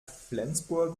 flensburg